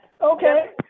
okay